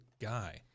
guy